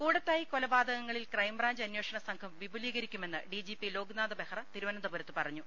കൂടത്തായി കൊലപാതകങ്ങളിൽ ക്രൈംബ്രാഞ്ച് അന്വേഷണ സംഘം വിപുലീകരിക്കുമെന്ന് ഡിജിപി ലോക്നാഥ് ബെഹ്റ തിരു വനന്തപുരത്ത് പറഞ്ഞു